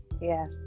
Yes